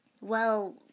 Well